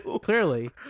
clearly